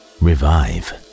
revive